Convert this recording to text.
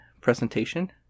presentation